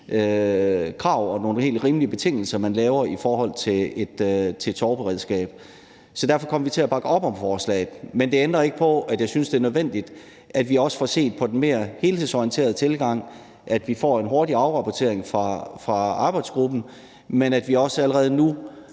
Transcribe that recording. krav og nogle helt rimelige betingelser, man laver i forhold til et sorgberedskab. Derfor kommer vi til at bakke op om forslaget. Men det ændrer ikke på, at jeg synes, det er nødvendigt, at vi også får set på den mere helhedsorienterede tilgang, at vi får en hurtig afrapportering fra arbejdsgruppen, og at vi også allerede nu